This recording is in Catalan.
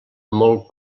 molt